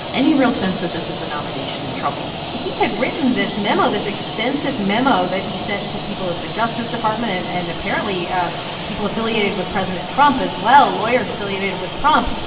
any real sense that this is a nomination in trouble he had written this memo, this extensive memo that he sent to people at the justice department and, apparently, ah ah people affiliated with president trump, as well, lawyers affiliated with trump,